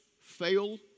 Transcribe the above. fail